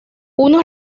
unos